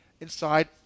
inside